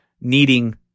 Needing